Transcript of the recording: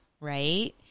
right